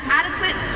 adequate